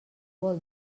vol